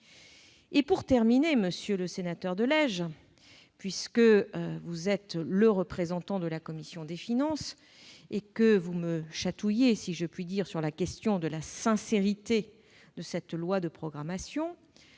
vous. Monsieur de Legge, puisque vous êtes le représentant de la commission des finances et que vous me chatouillez, si je puis dire, sur la question de la sincérité de ce projet de loi de programmation,